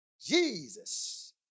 Jesus